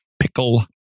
pickle